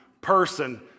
person